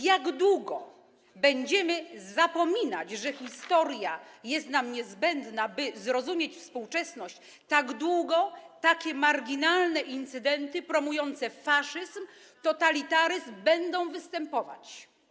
Jak długo będziemy zapominać, że historia jest nam niezbędna, by zrozumieć współczesność, tak długo takie marginalne incydenty promujące faszyzm, totalitaryzm będą występować.